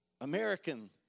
American